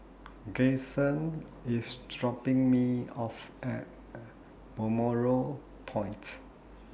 IS dropping Me off At Balmoral Point